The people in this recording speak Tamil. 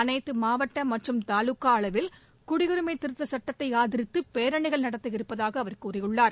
அனைத்துமாவட்டமற்றும் தாலுகாஅளவில் குடியுரிமைதிருத்தச் சுட்டத்தைஆதித்துபேரணிகள் நடத்த இருப்பதாகஅவர் கூறியுள்ளார்